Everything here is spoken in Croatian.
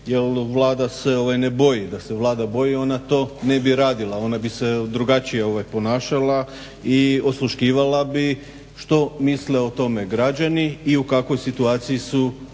jer Vlada se ne boji. Da se Vlada boji ona to ne bi radila, ona bi se drugačije ponašala i osluškivala bi što misle o tome građani i u kakvoj situaciji su